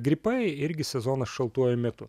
gripai irgi sezonas šaltuoju metu